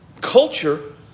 Culture